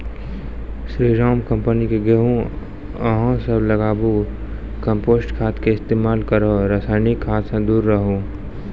स्री Ram company के गेहूँ अहाँ सब लगाबु कम्पोस्ट खाद के इस्तेमाल करहो रासायनिक खाद से दूर रहूँ?